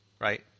right